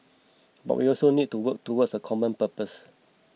but we also need to work towards a common purpose